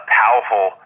powerful